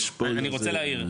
אני רוצה להעיר,